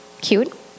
cute